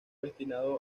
destinado